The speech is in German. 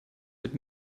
mit